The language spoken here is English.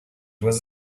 was